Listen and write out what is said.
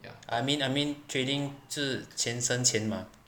ya I mean I mean trading 就是钱生钱 mah